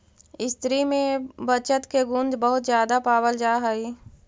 स्त्रि में बचत के गुण बहुत ज्यादा पावल जा हई